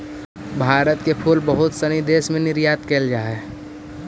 भारत के फूल बहुत सनी देश में निर्यात कैल जा हइ